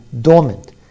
dormant